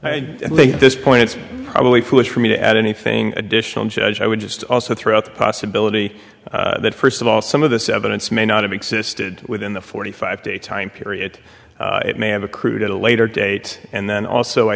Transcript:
at this point it's probably foolish for me to add anything additional judge i would just also throw out the possibility that first of all some of this evidence may not have existed within the forty five day time period it may have accrued at a later date and then also i